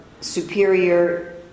superior